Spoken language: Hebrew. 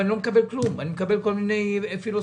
ואני לא מקבל כלום; אני מקבל כל מיני פילוסופיות.